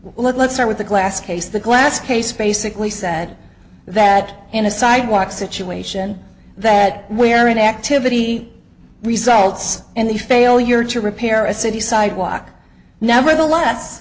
let's start with the glass case the glass case basically said that in a sidewalk situation that where an activity results in the failure to repair a city sidewalk nevertheless